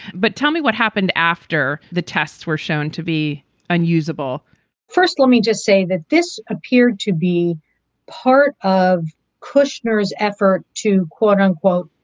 but tell me what happened after the tests were shown to be unusable first, let me just say that this appeared to be part of kushner's effort to, quote, unquote,